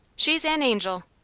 she's an angel!